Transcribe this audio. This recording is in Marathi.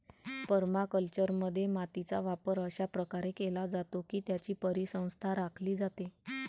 परमाकल्चरमध्ये, मातीचा वापर अशा प्रकारे केला जातो की त्याची परिसंस्था राखली जाते